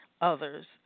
others